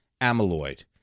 amyloid